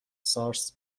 سارس